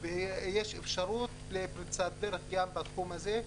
ויש אפשרות לפריצת דרך גם בתחום הזה,